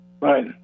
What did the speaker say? Right